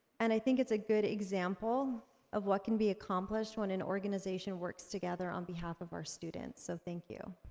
and i think it's a good example of what can be accomplished when an organization works together on behalf of our students, so thank you.